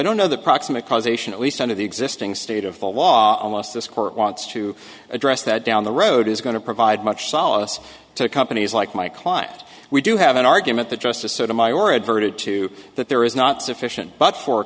don't know the proximate cause ation at least under the existing state of the law unless this court wants to address that down the road is going to provide much solace to companies like my client we do have an argument that justice sotomayor adverted to that there is not sufficient but for